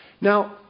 Now